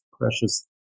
precious